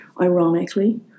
ironically